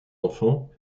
enfants